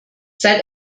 seit